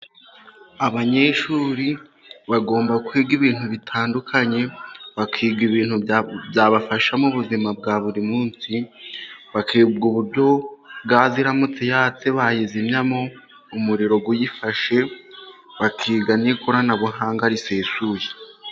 Abanyeshuri bagomba kwiga ibintu bitandukanye, bakiga ibintu byabafasha mu buzima bwa buri munsi, bakiga uburyo gaze iratse yatse bayizimyamo umuriro uyifashe, bakiga nikoranabuhanga risesuye.